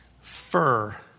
fur